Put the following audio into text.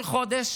כל חודש